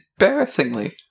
embarrassingly